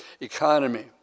economy